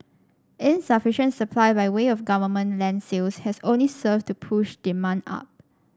insufficient supply by way of government land sales has only served to push demand up